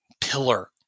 pillar